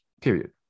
period